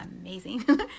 amazing